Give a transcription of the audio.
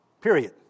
Period